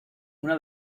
una